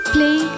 Play